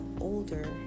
older